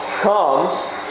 comes